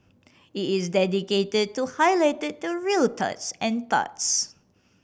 it is dedicated to highlight the real turds and turds